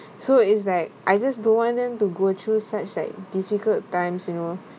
so it's like I just don't want them to go through such like difficult times you know